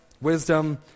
wisdom